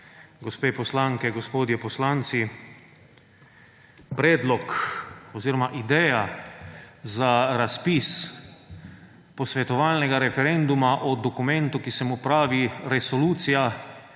Gospe poslanke, gospodje poslanci! Predlog oziroma ideja za razpis posvetovalnega referenduma o dokumentu, ki se mu pravi resolucija,